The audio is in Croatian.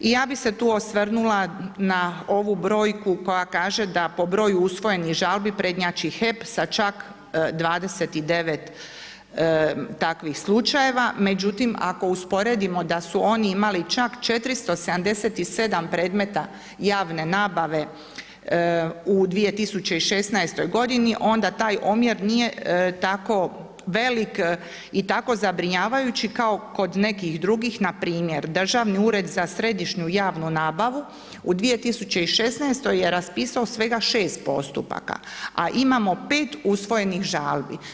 I ja bi se tu osvrnula na ovu brojku koja kaže da po broju usvojenih žalbi prednjači HEP sa čak 29 takvih slučajeva, međutim, ako usporedimo, da su oni imali čak 477 predmeta javne nabave u 2016. onda taj omjer nije tako veliki i jako zabrinjavajući, kao kod nekih drugih, Npr. Državni ured za središnju, javnu nabavu, u 2016. jer raspisao svega 6 postupaka, a imamo 5 usvojenih žalbi.